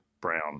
Brown